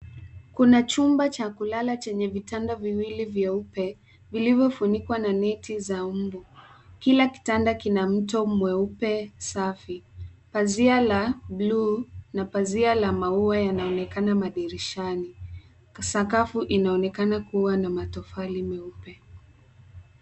Kuna chumba cha kulala chenye vitanda viwili vyeupe, vilivyofunikwa na neti za mbu. Kila kitanda kina mto mweupe safi. Pazia la blue na pazia la maua yanaonekana madirishani. Sakafu inaonekana kuwa na matofali meupe.